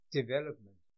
development